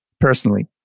personally